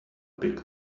big